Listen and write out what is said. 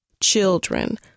children